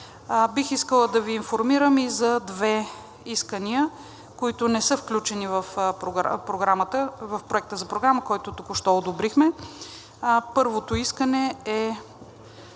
Бих искала да Ви информирам и за две искания, които не са включени в проекта за програмата, който току-що одобрихме. Първото искане е